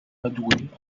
padoue